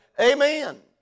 amen